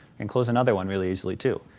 and close another one really easily too.